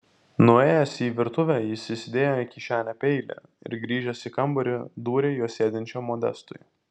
nuėjęs į virtuvę jis įsidėjo į kišenę peilį ir grįžęs į kambarį dūrė juo sėdinčiam modestui